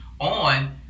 on